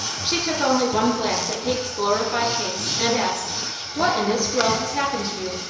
she took only one glance at kate's glorified face and asked what in this world has happened to you?